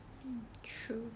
mm true